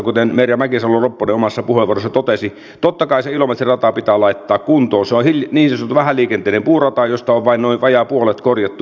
kuten merja mäkisalo ropponen omassa puheenvuorossaan totesi totta kai se ilomantsin rata pitää laittaa kuntoon se on niin sanottu vähäliikenteinen puurata josta on vain noin vajaa puolet korjattu